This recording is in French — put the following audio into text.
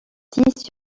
supérieure